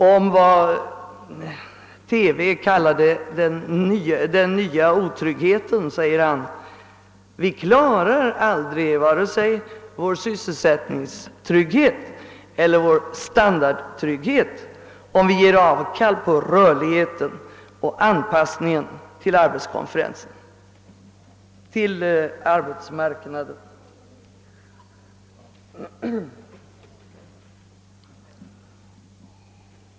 : Om vad TV kallade »Den nya otryggheten» säger han: Vi klarar aldrig vare sig vår sysselsättningstrygghet eller vår standardtrygghet, om vi ger avkall på rörligheten och anpassningen till arbetsmarknaden.